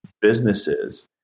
businesses